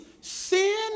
sin